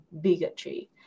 bigotry